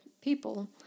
people